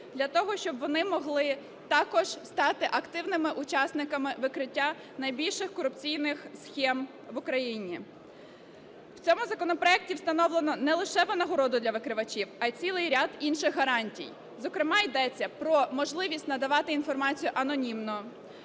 для того щоб вони могли також стати активними учасниками викриття найбільших корупційних схем в Україні. В цьому законопроекті встановлено не лише винагороду для викривачів, а і цілий ряд інших гарантій. Зокрема, йдеться про можливість надавати інформацію анонімно,